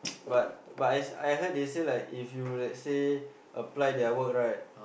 but but I I heard they say like if you like say apply their work right